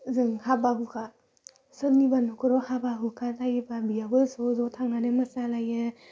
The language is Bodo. जों हाबा हुखा सोरनिबा नखराव हाबा हुखा जायोबा बेयावबो ज' ज' थांनानै मोसालायो